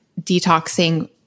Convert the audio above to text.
detoxing